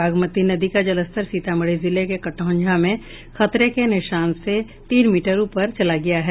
बागमती नदी का जलस्तर सीतामढ़ी जिले के कटौंझा में खतरे के निशान से तीन मीटर ऊपर चला गया है